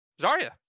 Zarya